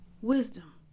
wisdom